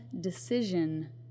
decision